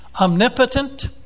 omnipotent